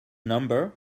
number